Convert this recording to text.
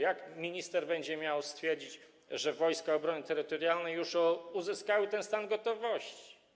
Jak minister będzie miał stwierdzać, że Wojska Obrony Terytorialnej już uzyskały ten stan gotowości?